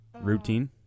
Routine